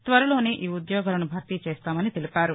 త్వరలోనే ఈఉద్యోగాలను భర్తీచేస్తామని తెలిపారు